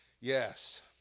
Yes